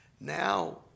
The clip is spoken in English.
Now